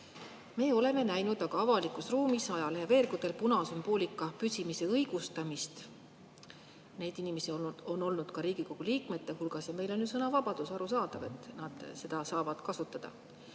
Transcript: Me oleme aga näinud avalikus ruumis ajaleheveergudel punasümboolika püsimise õigustamist – neid inimesi on olnud ka Riigikogu liikmete hulgas. Meil on ju sõnavabadus, arusaadav, et nad saavad seda kasutada.